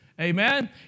amen